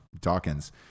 Dawkins